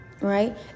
right